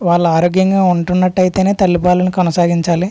వాళ్ళు ఆరోగ్యంగా ఉంటున్నట్టు అయితే తల్లిపాలను కొనసాగించాలి